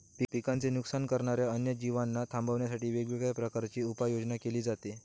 पिकांचे नुकसान करणाऱ्या अन्य जीवांना थांबवण्यासाठी वेगवेगळ्या प्रकारची उपाययोजना केली जाते